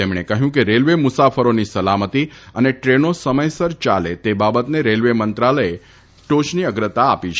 તેમણે કહ્યું કે રેલવે મુસાફરાબી સલામતી અને દ્રેન સમયસર યાલે તે બાબતને રેલવેમંત્રાલયે ટાયની અગ્રતા આપે છે